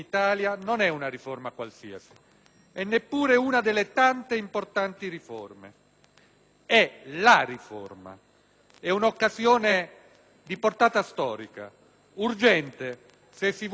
È «la» riforma. È un'occasione di portata storica: urgente, se si vuole restituire fiducia ai cittadini e competitività al comparto produttivo;